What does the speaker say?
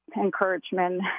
Encouragement